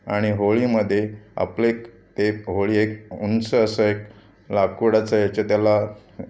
आणि होळीमध्ये आपलेक एक होळी एक उंच असं एक लाकूडाचा याच्या त्याला